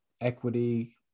equity